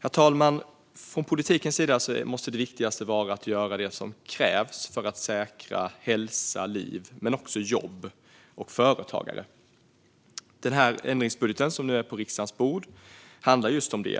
Herr talman! Från politikens sida måste det viktigaste vara att göra det som krävs för att säkra hälsa och liv men också jobb och företagare. Den ändringsbudget som nu är på riksdagens bord handlar just om det.